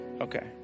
Okay